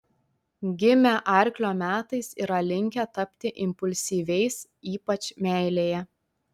gimę arklio metais yra linkę tapti impulsyviais ypač meilėje